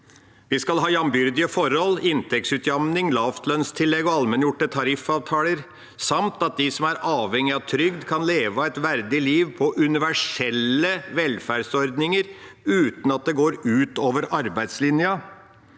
Vi skal ha jevnbyrdige forhold, inntektsutjevning, lavlønnstillegg og allmenngjorte tariffavtaler, samt at de som er avhengig av trygd, skal kunne leve et verdig liv på universelle velferdsordninger uten at det går ut over arbeidslinja